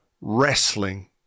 wrestling